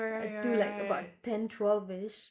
to like about ten twelve-ish